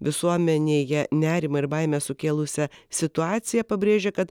visuomenėje nerimą ir baimę sukėlusią situaciją pabrėžė kad